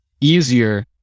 easier